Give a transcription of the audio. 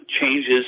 changes